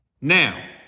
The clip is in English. Now